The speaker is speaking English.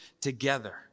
together